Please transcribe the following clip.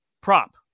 Prop